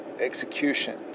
execution